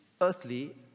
earthly